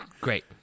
Great